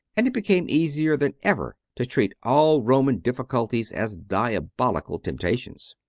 and it became easier than ever to treat all roman difficulties as diabolical temptations.